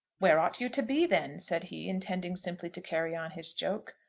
where ought you to be, then? said he, intending simply to carry on his joke.